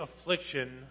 affliction